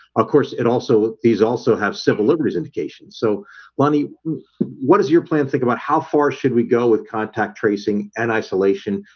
of course it also these also have civil liberties indications. so lonnie what does your plan think about how far should we go with contact tracing and isolation?